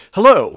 Hello